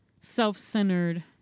self-centered